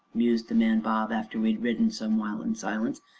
mused the man bob, after we had ridden some while in silence,